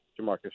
Jamarcus